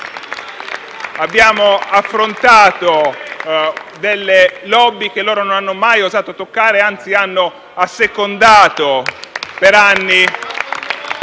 Abbiamo affrontato delle *lobby*, che non hanno mai osato toccare e, anzi, le hanno assecondate per anni